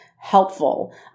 helpful